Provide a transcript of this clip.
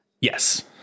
Yes